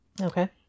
Okay